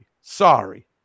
Sorry